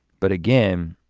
but again,